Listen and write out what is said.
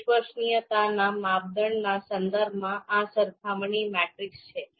વિશ્વસનીયતાના માપદંડના સંદર્ભમાં આ સરખામણી મેટ્રિક્સ છે